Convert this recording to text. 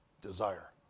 Desire